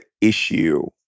issue